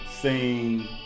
sing